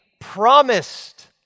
promised